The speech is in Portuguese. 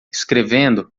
escrevendo